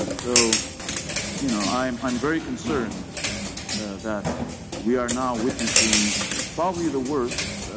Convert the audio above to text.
um so you know i'm i'm very concerned and that we are now witnessing probably the worst